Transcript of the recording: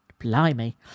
Blimey